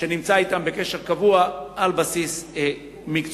שעומד אתם בקשר קבוע על בסיס מקצועי.